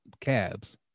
cabs